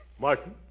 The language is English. Martin